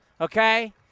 okay